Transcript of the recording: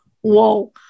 Whoa